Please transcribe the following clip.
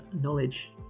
knowledge